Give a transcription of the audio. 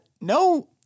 no